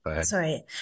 Sorry